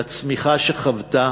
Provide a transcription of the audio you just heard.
לצמיחה שחוותה